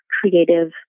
creative